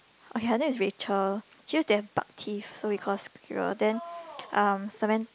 okay that is Rachel she just damn buck teeth so we call her squirrel then um Saman~